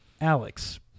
Alex